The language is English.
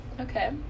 okay